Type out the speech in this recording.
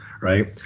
right